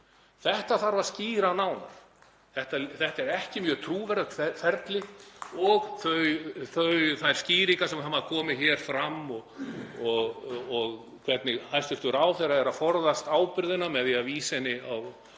Þetta þarf að skýra nánar. Þetta er ekki mjög trúverðugt ferli. Þær skýringar sem hafa komið hér fram og hvernig hæstv. ráðherra er að forðast ábyrgðina með því að vísa henni á